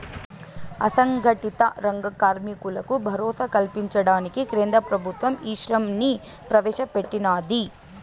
అసంగటిత రంగ కార్మికులకు భరోసా కల్పించడానికి కేంద్ర ప్రభుత్వం ఈశ్రమ్ ని ప్రవేశ పెట్టినాది